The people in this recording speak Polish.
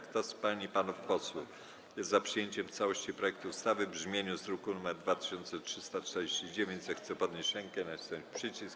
Kto z pań i panów posłów jest za przyjęciem w całości projektu ustawy w brzmieniu z druku nr 2349, zechce podnieść rękę i nacisnąć przycisk.